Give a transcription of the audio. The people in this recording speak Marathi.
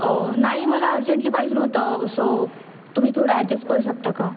नाही मला अर्जंटली पाहिजे नव्हतं सो तुम्ही थोडं ॲडजस्ट करू शकता का